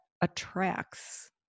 attracts